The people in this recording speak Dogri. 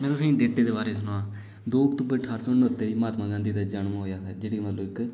में तुसें गी डेटें दे बारै सनां दो अक्तूबर ठारां सौ न्हत्तर गी महात्मा गांधी दा जन्म होएआ जेह्ड़ी मतलब इक